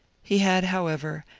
he had, however,